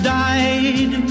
died